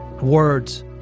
words